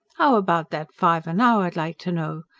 how about that fiver now i'd like to know.